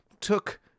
took